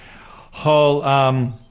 whole